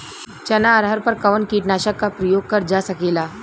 चना अरहर पर कवन कीटनाशक क प्रयोग कर जा सकेला?